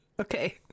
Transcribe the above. okay